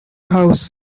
house